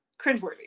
cringeworthy